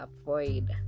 avoid